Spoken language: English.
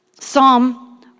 Psalm